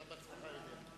אתה בעצמך יודע.